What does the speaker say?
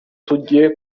tujya